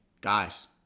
guys